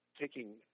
taking